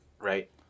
Right